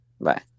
Bye